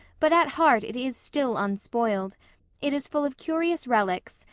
but at heart it is still unspoiled it is full of curious relics,